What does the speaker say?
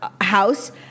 house